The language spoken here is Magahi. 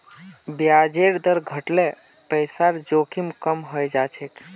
ब्याजेर दर घट ल पैसार जोखिम कम हइ जा छेक